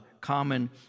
common